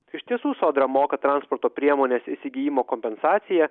iš tiesų sodra moka transporto priemonės įsigijimo kompensaciją